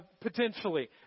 potentially